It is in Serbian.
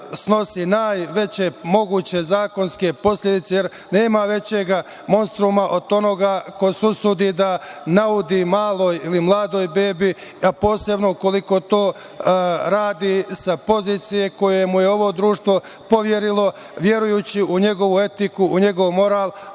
snosi najveće moguće zakonske posledice, jer nema većeg monstruma od onoga ko se usudi da naudi maloj ili mladoj bebi, a posebno ukoliko to radi sa pozicije koju mu je ovo društvo poverilo, verujući u njegovu etiku, u njegov moral,